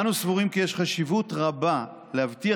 אנו סבורים כי יש חשיבות רבה להבטיח